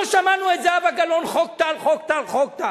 לא שמענו את זהבה גלאון: חוק טל, חוק טל, חוק טל.